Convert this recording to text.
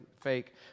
fake